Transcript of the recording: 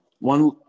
one